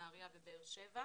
נהריה ובאר שבע,